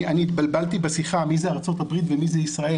אני התבלבלתי בשיחה מי זה ארצות הברית ומי זה ישראל,